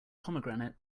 pomegranate